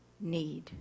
need